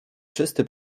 czysty